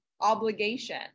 obligation